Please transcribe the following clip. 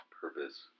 purpose